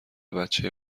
بچه